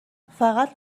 فقط